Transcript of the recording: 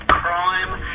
crime